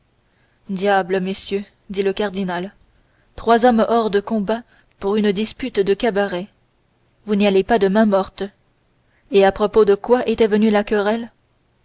diable messieurs dit le cardinal trois hommes hors de combat pour une dispute de cabaret vous n'y allez pas de main morte et à propos de quoi était venue la querelle